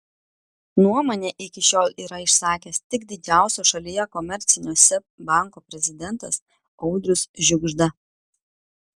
nuomonę iki šiol yra išsakęs tik didžiausio šalyje komercinio seb banko prezidentas audrius žiugžda